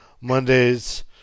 Monday's